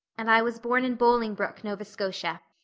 and i was born in bolingbroke, nova scotia.